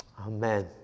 Amen